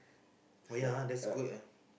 ya that's good eh